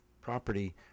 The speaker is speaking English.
property